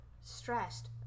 stressed